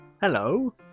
Hello